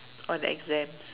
on exams